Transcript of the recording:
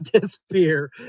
disappear